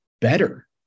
better